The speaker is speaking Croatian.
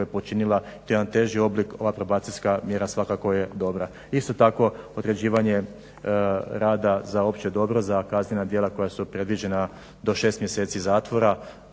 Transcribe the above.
koje je počinila. To je jedan teži oblik. Ova probacijska mjera svakako je dobra. Isto tako, određivanje rada za opće dobro, za kaznena djela koja su predviđena do 6 mjeseci zatvora,